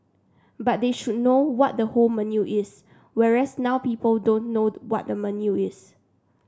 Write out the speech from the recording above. but they should know what the whole menu is whereas now people don't know what the menu is